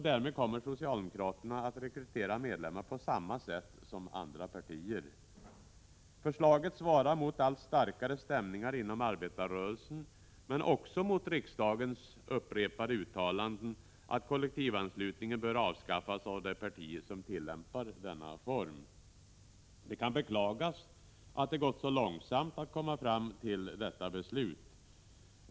Därmed kommer socialdemokraterna att rekrytera medlemmar på samma sätt som andra partier. Förslaget svarar mot allt starkare stämningar inom arbetarrörelsen, men också mot riksdagens upprepade uttalanden att kollektivanslutningen bör avskaffas av det parti som tillämpar denna form. Det kan beklagas att det gått så långsamt att komma fram till detta beslut.